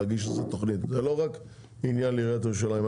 להגיש איזו תוכנית; זה לא רק עניין לעיריית ירושלים.